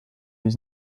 his